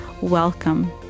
Welcome